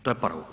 To je prvo.